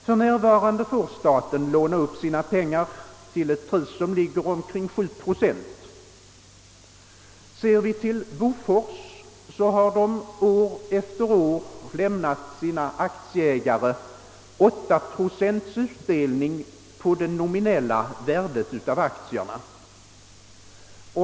För närvarande får staten låna upp sina pengar till omkring 7 procents ränta. Bofors har år efter år lämnat sina aktieägare 8 procents utdelning på det nominella värdet av aktierna.